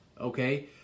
Okay